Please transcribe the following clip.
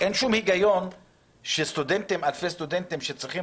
אין שום היגיון שאלפי סטודנטים שצריכים